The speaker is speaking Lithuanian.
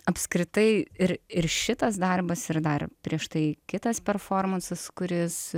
apskritai ir ir šitas darbas ir dar prieš tai kitas performansas kuris